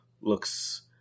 looks